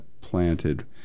planted